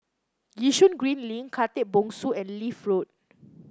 Yishun Green Link Khatib Bongsu and Leith Road